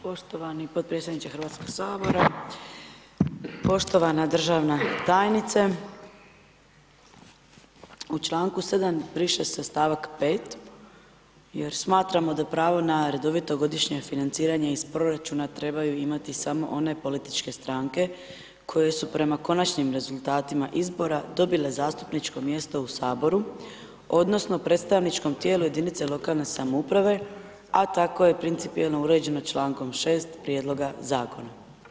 Poštovani potpredsjedniče HS, poštovana državna tajnice, u čl. 7. briše se stavak 5. jer smatramo da pravo na redovito godišnje financiranje iz proračuna trebaju imati samo one političke stranke koje su prema konačnim rezultatima izbora dobile zastupničko mjesto u HS odnosno predstavničkom tijelu jedinice lokalne samouprave, a tako je principijelno uređeno čl. 6. prijedloga zakona.